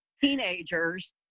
teenagers